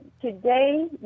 Today